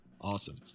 awesome